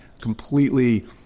completely